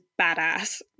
badass